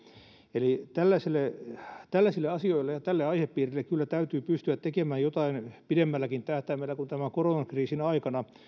eli tällaisille asioille ja tälle aihepiirille kyllä täytyy pystyä tekemään jotain pidemmälläkin tähtäimellä kuin tämän koronkriisin aikana